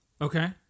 Okay